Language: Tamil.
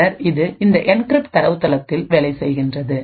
பின்னர் இது இந்த என்கிரிப்டட் தரவுத்தளத்தில் வேலை செய்கிறது